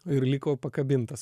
ir liko pakabintas